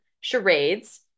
Charades